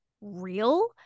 real